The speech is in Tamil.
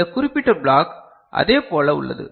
இந்த குறிப்பிட்ட பிளாக் அதே போல உள்ளது